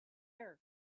air